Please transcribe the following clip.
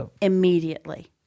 immediately